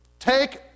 Take